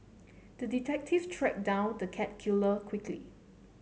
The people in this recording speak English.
the detective tracked down the cat killer quickly